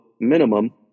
minimum